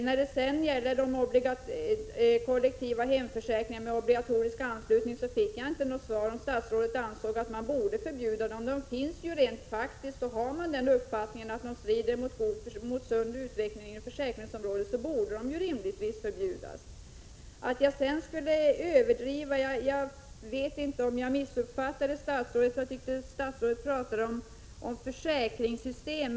När det gäller kollektiva hemförsäkringar med obligatorisk anslutning fick jag inte något svar på om statsrådet ansåg att de borde förbjudas. Försäkringarna finns rent faktiskt, och om man har uppfattningen att de strider mot en sund utveckling inom försäkringsområdet borde de rimligtvis förbjudas. Att mina farhågor i det här avseendet skulle vara överdrivna kan jag inte hålla med om. Möjligen missuppfattade jag statsrådet, men jag tyckte att han talade om försäkringssystem.